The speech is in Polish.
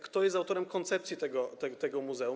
Kto jest autorem koncepcji tego muzeum?